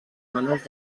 menors